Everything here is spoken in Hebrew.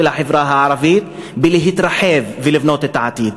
החברה הערבית להתרחב ולבנות את העתיד,